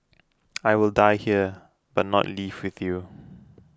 I will die here but not leave with you